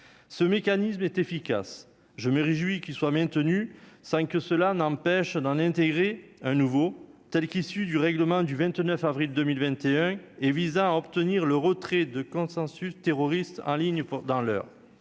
ce mécanisme est efficace, je me réjouis qu'il soit bien tenu cinq que cela n'empêche d'en intégrer un nouveau telle qu'issue du règlement du 29 avril 2021 et vise à obtenir le retrait de consensus terroriste en ligne pour dans l'bien